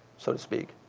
so to speak.